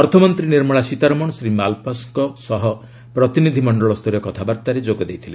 ଅର୍ଥମନ୍ତ୍ରୀ ନିର୍ମଳା ସୀତାରମଣ ଶ୍ରୀ ମାଲପାସଙ୍କ ସହ ପ୍ରତିନିଧି ମଣ୍ଡଳ ସ୍ତରୀୟ କଥାବାର୍ଭାରେ ଯୋଗ ଦେଇଥିଲେ